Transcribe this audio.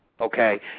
Okay